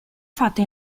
fatto